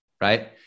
right